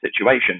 situation